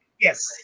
Yes